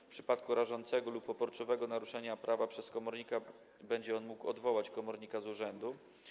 W przypadku rażącego lub uporczywego naruszania prawa przez komornika będzie on mógł odwołać komornika z urzędu.